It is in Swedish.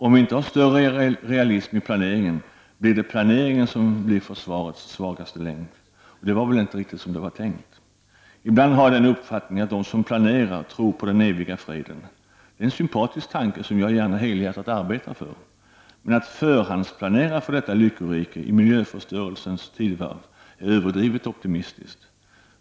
Om vi inte har större realism i planeringen, blir planeringen försvarets svagaste länk, och det var väl inte så det var tänkt. Ibland har jag den uppfattningen att de som planerar tror på den ”eviga freden”. Det är en sympatisk tanke, som jag gärna helhjärtat arbetar för, men att förhandsplanera för detta lyckorike i miljöförstörelsens tidevarv är överdrivet optimistiskt.